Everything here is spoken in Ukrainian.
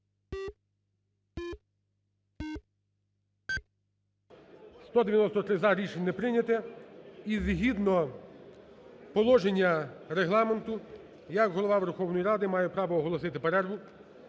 За-193 Рішення не прийняте. І згідно положення Регламенту я як Голова Верховної Ради маю право оголосити перерву.